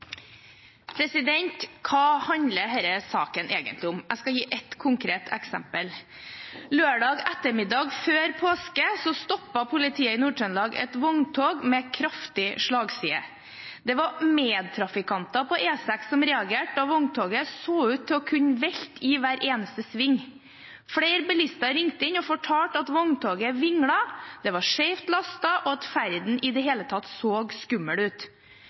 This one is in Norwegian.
Hva handler denne saken egentlig om? Jeg skal gi et konkret eksempel. Lørdag ettermiddag før påske stoppet politiet i Nord-Trøndelag et vogntog med kraftig slagside. Det var medtrafikanter på E6 som reagerte da vogntoget så ut til å kunne velte i hver eneste sving. Flere bilister ringte inn og fortalte at vogntoget vinglet, at det var skjevt lastet og at ferden i det hele tatt så skummel ut.